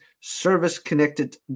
service-connected